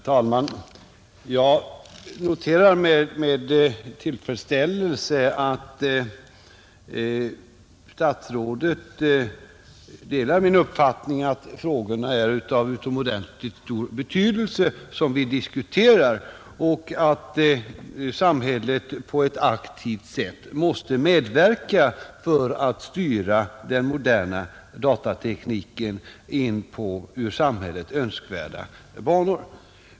Herr talman! Jag noterar med tillfredsställelse att statsrådet delar min uppfattning att de frågor som vi diskuterar är av utomordentligt stor betydelse och att samhället på ett aktivt sätt måste medverka till att styra den moderna datatekniken in på önskvärda banor.